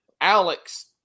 Alex